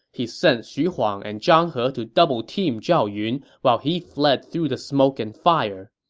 he sent xu huang and zhang he to doubleteam zhao yun while he fled through the smoke and fire.